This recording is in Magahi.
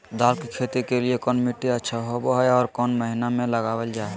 दाल की खेती के लिए कौन मिट्टी अच्छा होबो हाय और कौन महीना में लगाबल जा हाय?